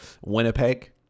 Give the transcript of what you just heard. Winnipeg